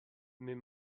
mais